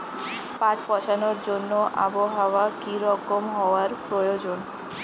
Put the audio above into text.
পাট পচানোর জন্য আবহাওয়া কী রকম হওয়ার প্রয়োজন?